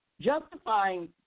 justifying